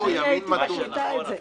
אני הייתי מקליטה את זה.